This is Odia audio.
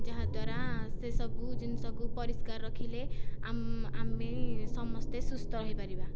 ଯାହା ଦ୍ୱାରା ସେସବୁ ଜିନିଷକୁ ପରିଷ୍କାର ରଖିଲେ ଆମେ ସମସ୍ତେ ସୁସ୍ଥ ହୋଇପାରିବା